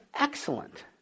excellent